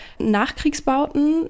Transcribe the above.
Nachkriegsbauten